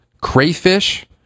crayfish